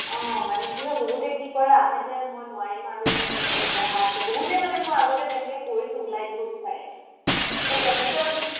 অঁ মানে কি হয় বহুতে কি কৰে আধেতে মই নোৱাৰিম আৰু এনেকে মোৰ পঢ়া আছে বহুতে মানে মই আগতে তেনেকে কৰিছোঁ ওলাই দিব বিচাৰে ত' তেনেকে মানে